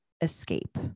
escape